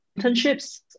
internships